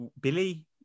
Billy